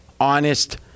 honest